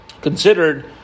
considered